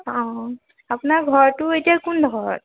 অঁ আপোনাৰ ঘৰটো এতিয়া কোন দোখৰত